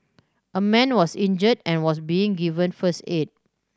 a man was injured and was being given first aid